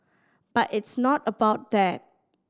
but it's not about that